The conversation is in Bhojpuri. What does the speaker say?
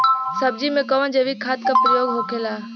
सब्जी में कवन जैविक खाद का प्रयोग होखेला?